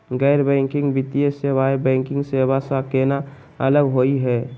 गैर बैंकिंग वित्तीय सेवाएं, बैंकिंग सेवा स केना अलग होई हे?